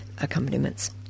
accompaniments